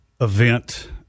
event